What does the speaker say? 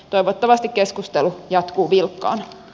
toivottavasti keskustelu jatkuu vilkkaana